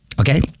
Okay